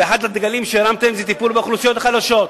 ואחד הדגלים שהרמתם זה טיפול באוכלוסיות החלשות.